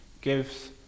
gives